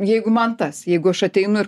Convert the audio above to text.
jeigu man tas jeigu aš ateinu ir